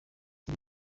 iyo